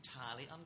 entirely